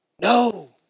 No